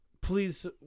please